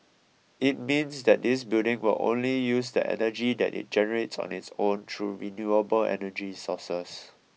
it means that this building will only use the energy that it generates on its own through renewable energy sources